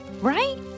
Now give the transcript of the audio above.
right